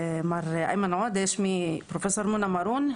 שמי פרופ' מונא מארון,